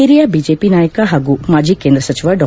ಹಿರಿಯ ಬಿಜೆಪಿ ನಾಯಕ ಹಾಗೂ ಮಾಜಿ ಕೇಂದ್ರ ಸಚಿವ ಡಾ